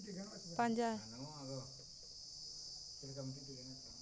ᱯᱟᱸᱡᱟᱭ